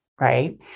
right